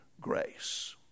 grace